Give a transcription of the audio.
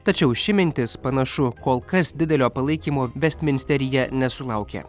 tačiau ši mintis panašu kol kas didelio palaikymo vestminsteryje nesulaukia